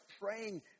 praying